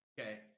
Okay